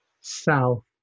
south